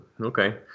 okay